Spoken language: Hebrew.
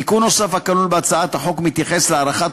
תיקון נוסף הכלול בהצעת החוק מתייחס להארכת